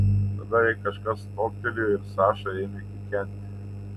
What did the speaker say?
tada jai kažkas toptelėjo ir saša ėmė kikenti